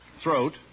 throat